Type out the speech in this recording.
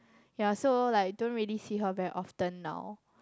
ya so like don't really see her very often now